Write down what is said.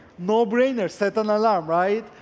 no-brainer, set an alarm. right?